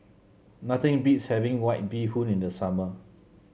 nothing beats having White Bee Hoon in the summer